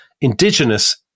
indigenous